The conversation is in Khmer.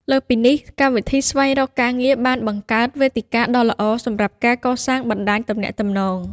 លើសពីនេះ កម្មវិធីស្វែងរកការងារបានបង្កើតវេទិកាដ៏ល្អសម្រាប់ ការកសាងបណ្តាញទំនាក់ទំនង។